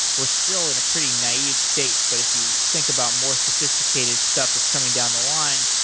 we're still in a pretty naive state. but if you think about more sophisticated stuff that's coming down the line,